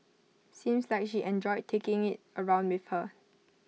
seems like she enjoyed taking IT around with her